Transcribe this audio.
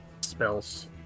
spells